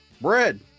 bread